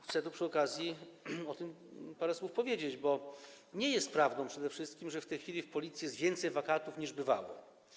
Chcę tu przy okazji o tym parę słów powiedzieć, bo nie jest prawdą przede wszystkim to, że w tej chwili w Policji jest więcej wakatów, niż bywało.